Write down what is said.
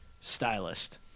stylist